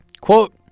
Quote